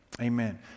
Amen